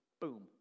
Boom